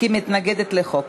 כי היא מתנגדת לחוק,